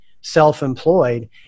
self-employed